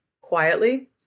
quietly